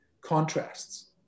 contrasts